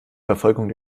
verfolgung